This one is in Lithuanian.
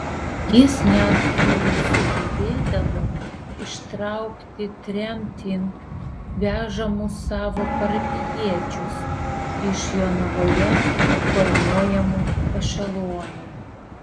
jis netgi sugebėdavo ištraukti tremtin vežamus savo parapijiečius iš jonavoje formuojamų ešelonų